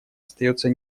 остается